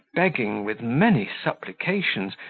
begging, with many supplications,